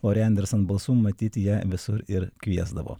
lori enderson balsu matyt ją visur ir kviesdavo